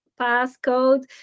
passcode